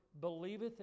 believeth